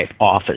office